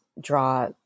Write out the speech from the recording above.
draw